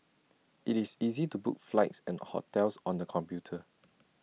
IT is easy to book flights and hotels on the computer